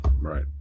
Right